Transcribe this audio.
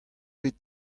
bet